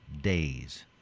days